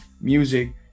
music